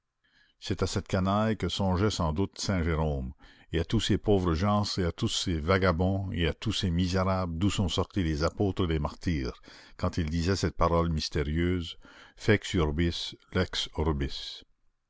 c'est à cette canaille que songeait sans doute saint jérôme et à tous ces pauvres gens et à tous ces vagabonds et à tous ces misérables d'où sont sortis les apôtres et les martyrs quand il disait cette parole mystérieuse fex urbis lex orbis